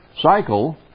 cycle